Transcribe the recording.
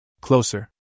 Closer